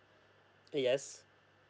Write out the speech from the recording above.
yes